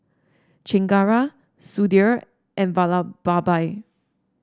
Chengara Sudhir and Vallabhbhai